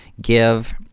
give